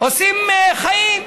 עושים חיים בסוכנות,